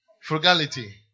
Frugality